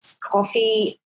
Coffee